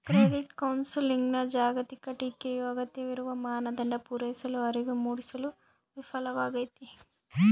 credit ಕೌನ್ಸೆಲಿಂಗ್ನ ಜಾಗತಿಕ ಟೀಕೆಯು ಅಗತ್ಯವಿರುವ ಮಾನದಂಡ ಪೂರೈಸಲು ಅರಿವು ಮೂಡಿಸಲು ವಿಫಲವಾಗೈತಿ